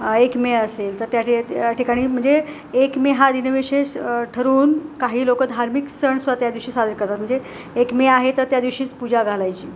एक मे असेल तर त्या ठे त्या ठिकाणी म्हणजे एक मे हा दिनविशेष ठरवून काही लोक धार्मिक सण स्वतः त्यादिवशी साजरे करतात म्हणजे एक मे आहे तर त्या दिवशीच पूजा घालायची